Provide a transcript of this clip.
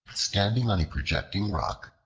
standing on a projecting rock,